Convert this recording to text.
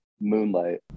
Moonlight